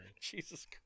Jesus